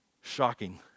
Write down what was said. shocking